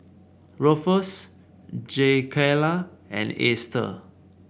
Rufus Jakayla and Easter